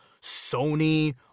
Sony